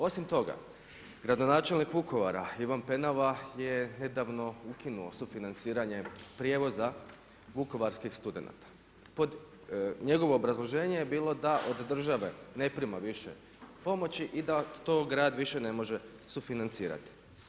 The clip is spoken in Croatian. Osim toga gradonačelnik Vukovara Ivan Penava je nedavno ukinuo sufinanciranje prijevoza vukovarski studenata pod, njegovo obrazloženje je bilo da od države ne prima više pomoći i da to grad više ne može sufinancirati.